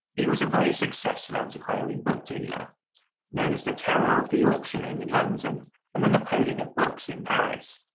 he was a very successful antiquarian book dealer known as the terror of the auction room in london and the napoleon of books in paris.